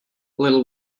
little